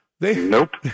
Nope